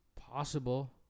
possible